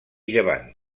llevant